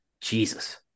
Jesus